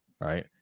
right